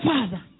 Father